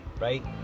right